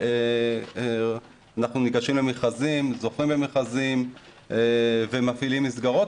אנחנו ניגשים למכרזים וזוכים במכרזים ומפעילים מסגרות,